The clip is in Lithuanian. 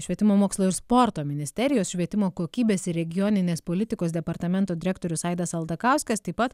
švietimo mokslo ir sporto ministerijos švietimo kokybės ir regioninės politikos departamento direktorius aidas aldakauskas taip pat